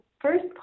first